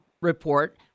report